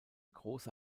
große